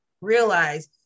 realize